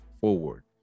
forward